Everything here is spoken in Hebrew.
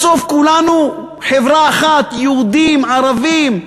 בסוף כולנו חברה אחת, יהודים, ערבים.